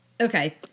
okay